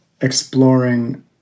exploring